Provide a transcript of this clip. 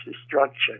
destruction